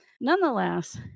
nonetheless